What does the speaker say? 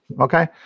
okay